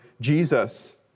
Jesus